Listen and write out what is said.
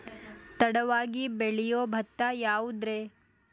ತಡವಾಗಿ ಬೆಳಿಯೊ ಭತ್ತ ಯಾವುದ್ರೇ?